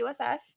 USF